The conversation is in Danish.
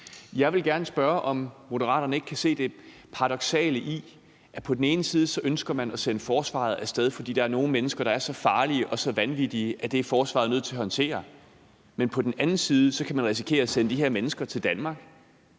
Jeg vil gerne spørge, om Moderaterne ikke kan se det paradoksale i, at man på den ene side ønsker at sende forsvaret af sted, fordi der er nogle mennesker, der er så farlige og så vanvittige, at forsvaret er nødt til at håndtere det, mens man på den anden side kan risikere at måtte sende de her mennesker til Danmark.